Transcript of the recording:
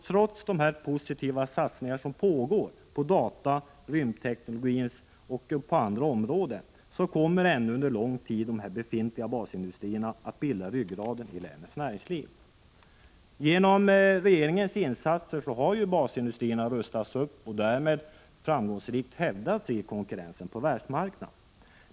Trots de positiva satsningar som pägär på dataoch rymdteknologins områden och på andra områden kommer ändå under lång tid de befintliga basindustrierna att bilda ryggraden i länets näringsliv. Genom regeringens insatser har basindustrierna rustats upp och därmed framgångsrikt hävdat sig i konkurrensen på världsmarknaden.